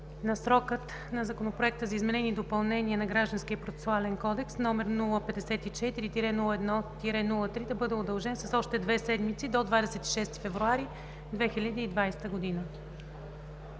на срока на Законопроекта за изменение и допълнение на Гражданския процесуален кодекс, № 054-01-03, да бъде удължен с още две седмици – до 26 февруари 2020 г.